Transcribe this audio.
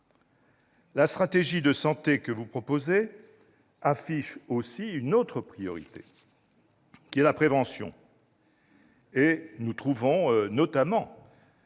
La stratégie de santé que vous proposez affiche une autre priorité, la prévention. Nous trouvons, notamment